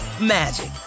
magic